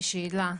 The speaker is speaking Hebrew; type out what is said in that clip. יש לי שאלה,